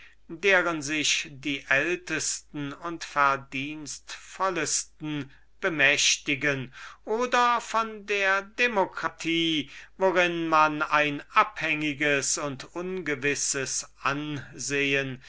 deren sich die ältesten und verdienstvollesten bemächtigen oder von der demokratie worin man ein abhängiges und ungewisses ansehen